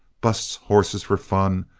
busts hosses for fun,